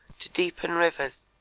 to deepen rivers,